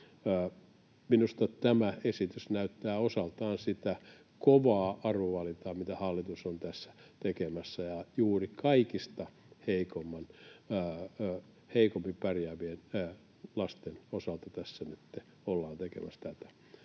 Minusta tämä esitys näyttää osaltaan sitä kovaa arvovalintaa, mitä hallitus on tässä tekemässä, ja juuri kaikista heikoimmin pärjäävien lasten osalta tässä nyt ollaan tekemässä tätä